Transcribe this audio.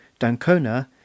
Dancona